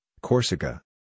Corsica